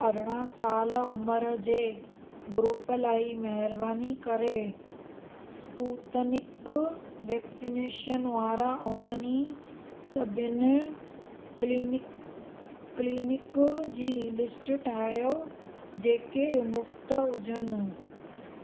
अरिड़हं साल उमिरि जे ग्रुप लाइ महिरबानी करे स्पूतनिक वैक्सीनेशन वारा उन्हनि सभिनि क्लीनि क्लीनिक जी लिस्ट ठाहियो जेके मुफ़्त हुजनि